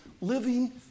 living